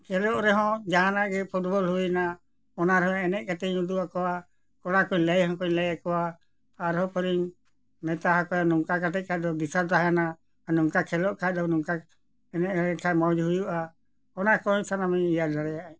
ᱠᱷᱮᱞᱳᱜ ᱨᱮᱦᱚᱸ ᱡᱟᱦᱟᱱᱟᱜ ᱜᱮ ᱯᱷᱩᱴᱵᱚᱞ ᱦᱩᱭᱮᱱᱟ ᱚᱱᱟ ᱨᱮᱦᱚᱸ ᱮᱱᱮᱡ ᱠᱟᱛᱮᱧ ᱩᱫᱩᱜ ᱟᱠᱚᱣᱟ ᱠᱚᱲᱟ ᱠᱚᱧ ᱞᱟᱹᱭ ᱦᱚᱸᱠᱚᱧ ᱞᱟᱹᱭ ᱟᱠᱚᱣᱟ ᱟᱨᱦᱚᱸ ᱯᱚᱨᱤᱧ ᱢᱮᱛᱟ ᱠᱚᱣᱟ ᱱᱚᱝᱠᱟ ᱠᱟᱛᱮ ᱠᱷᱟᱱ ᱫᱚ ᱫᱤᱥᱟᱹ ᱛᱟᱦᱮᱱᱟ ᱱᱚᱝᱠᱟ ᱠᱷᱮᱞᱳᱜ ᱠᱷᱟᱱ ᱫᱚ ᱱᱚᱝᱠᱟ ᱮᱱᱮᱡ ᱞᱮᱠᱷᱟᱱ ᱢᱚᱡᱽ ᱦᱩᱭᱩᱜᱼᱟ ᱚᱱᱟ ᱠᱚ ᱥᱟᱱᱟᱢ ᱤᱧ ᱤᱭᱟᱹ ᱫᱟᱲᱮᱭᱟᱜᱼᱟ